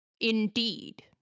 Indeed